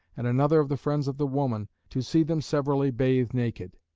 and another of the friends of the woman, to see them severally bathe naked.